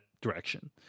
direction